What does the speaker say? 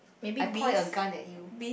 I point a gun at you